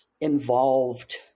involved